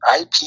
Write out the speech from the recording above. IP